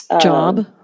job